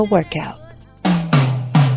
Workout